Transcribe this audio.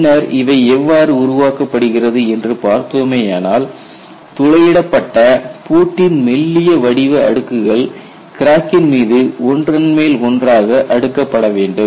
பின்னர் இவை எவ்வாறு உருவாக்கப்படுகிறது என்று பார்த்தோமேயானால் துளையிடப்பட்ட பூட்டின் மெல்லிய வடிவ அடுக்குகள் கிராக்கின் மீது ஒன்றன் மேல் ஒன்றாக அடுக்கப்படவேண்டும்